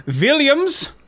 Williams